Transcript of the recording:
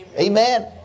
amen